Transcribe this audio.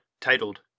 titled